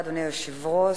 אדוני היושב-ראש,